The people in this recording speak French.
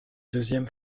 deuxième